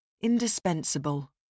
Indispensable